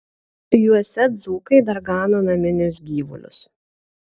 juose dzūkai dar gano naminius gyvulius